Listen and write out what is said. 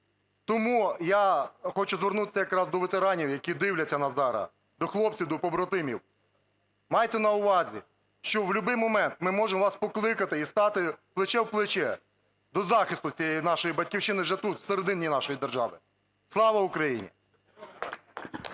Тому я хочу звернутися якраз до ветеранів, які дивляться нас зараз, до хлопців, до побратимів. Майте на увазі, що в любий момент ми можемо вас покликати і стати плече в плече до захисту цієї нашої Батьківщини вже тут, всередині нашої держави. Слава Україні!